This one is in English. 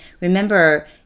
remember